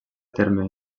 terme